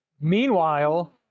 meanwhile